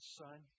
son